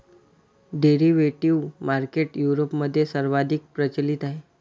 derivative market युरोपमध्ये सर्वाधिक प्रचलित आहे